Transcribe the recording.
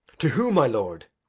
to who, my lord?